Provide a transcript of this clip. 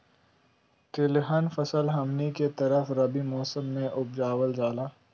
तिलहन फसल हमनी के तरफ रबी मौसम में उपजाल जाला